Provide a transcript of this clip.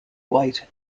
white